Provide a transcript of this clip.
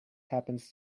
happens